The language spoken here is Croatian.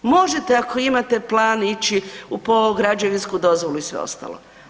Možete ako imate plan ići po građevinsku dozvolu i sve ostalo.